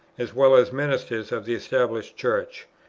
as well as ministers of the established church.